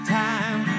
time